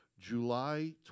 July